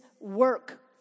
work